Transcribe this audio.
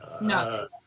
No